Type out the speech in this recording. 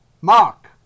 Mark